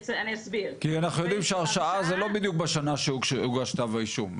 כי אנחנו יודעים שהרשעה זה לא בדיוק בשנה שהוגש כתב האישום.